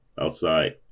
outside